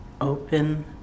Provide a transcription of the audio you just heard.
open